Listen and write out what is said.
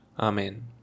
Amen